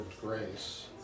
grace